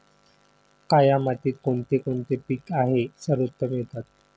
काया मातीत कोणते कोणते पीक आहे सर्वोत्तम येतात?